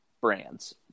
brands